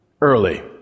early